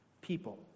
people